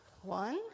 One